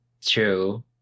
true